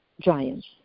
giants